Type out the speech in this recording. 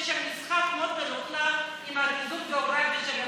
שיש שם משחק מאוד מלוכלך עם הפיזור הגיאוגרפי של הבדיקות.